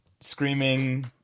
screaming